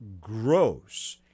gross